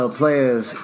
players